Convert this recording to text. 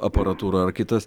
aparatūra ar kitas